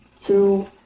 two